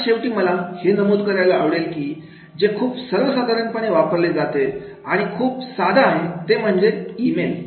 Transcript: आणि शेवटी मला हे नमूद करायला आवडेल की जे खूप सर्वसाधारणपणे वापरले जातं आणि खूप साधा आहे ते म्हणजे ई मेल